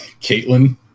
Caitlin